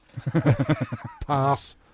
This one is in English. pass